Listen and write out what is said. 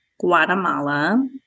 Guatemala